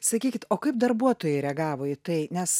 sakykit o kaip darbuotojai reagavo į tai nes